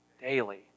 daily